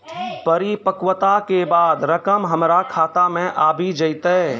परिपक्वता के बाद रकम हमरा खाता मे आबी जेतै?